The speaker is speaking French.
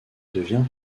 devient